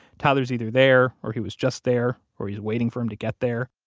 tyler's either there or he was just there, or he's waiting for him to get there.